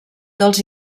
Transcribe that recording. dels